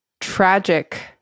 tragic